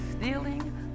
stealing